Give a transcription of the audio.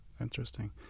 interesting